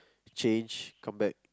change come back